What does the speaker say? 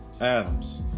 Adams